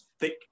thick